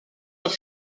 dans